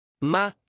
Ma